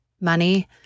money